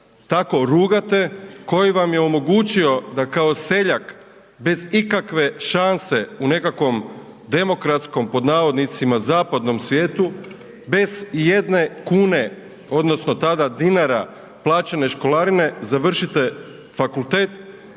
tako rugate koji vam je omogućio da kao seljak bez ikakve šanse u nekakvom demokratskom pod navodnicima zapadnom svijetu, bez ijedne kune odnosno tada dinara plaćene školarine završite fakultet,